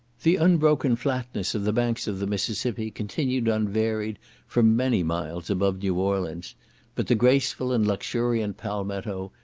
the unbroken flatness of the banks of the mississippi continued unvaried for many miles above new orleans but the graceful and luxuriant palmetto,